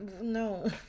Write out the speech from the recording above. no